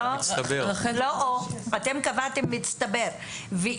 לא או אלא מצטבר.